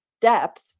depth